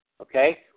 okay